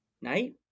night